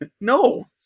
No